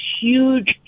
huge